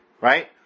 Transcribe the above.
Right